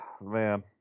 man